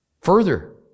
Further